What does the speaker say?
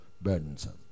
burdensome